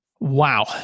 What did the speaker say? Wow